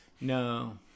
No